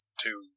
Two